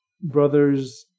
brothers